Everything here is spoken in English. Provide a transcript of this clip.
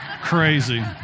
crazy